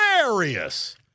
hilarious